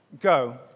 Go